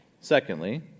Secondly